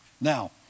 Now